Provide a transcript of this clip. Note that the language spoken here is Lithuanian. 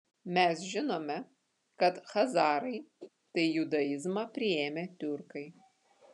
mes žinome kad chazarai tai judaizmą priėmę tiurkai